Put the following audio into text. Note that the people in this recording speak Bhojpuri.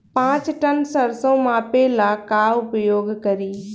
पाँच टन सरसो मापे ला का उपयोग करी?